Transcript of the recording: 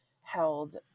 held